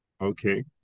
okay